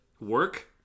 work